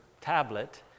tablet